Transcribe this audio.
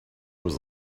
was